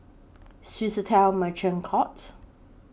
Swissotel Merchant Court